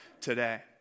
today